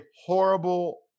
horrible